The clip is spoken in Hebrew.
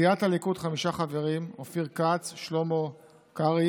סיעת הליכוד, חמישה חברים: אופיר כץ, שלמה קרעי,